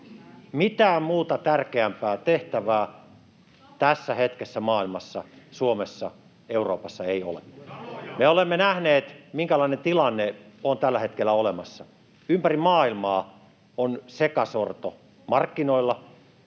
Mitään muuta tärkeämpää tehtävää tässä hetkessä maailmassa, Suomessa, Euroopassa ei ole. [Sebastian Tynkkynen: Sanoja!] Me olemme nähneet, minkälainen tilanne on tällä hetkellä olemassa. Ympäri maailmaa on sekasorto markkinoilla,